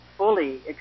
fully